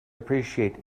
appreciate